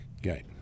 Okay